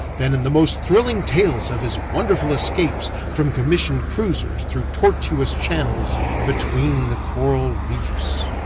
than in the most thrilling tales of his wonderful escapes from commissioned cruisers through tortuous channels between the coral reefs.